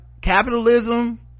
capitalism